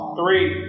three